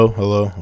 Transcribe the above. hello